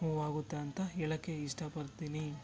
ಆಗುತ್ತೆ ಅಂತ ಹೇಳೋಕ್ಕೆ ಇಷ್ಟಪಡ್ತೀನಿ